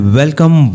welcome